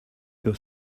your